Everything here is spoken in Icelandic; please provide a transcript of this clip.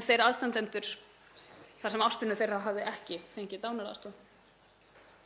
en þeir aðstandendur þar sem ástvinur þeirra hafði ekki fengið dánaraðstoð.